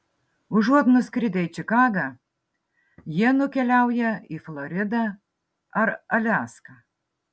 užuot nuskridę į čikagą jie nukeliauja į floridą ar aliaską